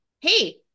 Hey